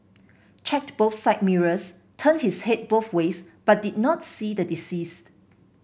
checked both side mirrors turned his head both ways but did not see the deceased